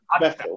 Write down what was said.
special